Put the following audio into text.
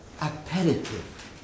appetitive